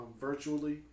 virtually